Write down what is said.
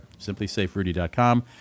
SimplysafeRudy.com